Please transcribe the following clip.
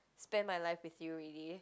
spend my life with you already